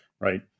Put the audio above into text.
right